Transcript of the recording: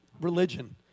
religion